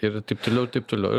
ir taip toliau ir taip toliau ir